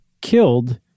killed